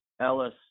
Ellis